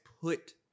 put